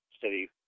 city